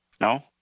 No